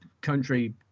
country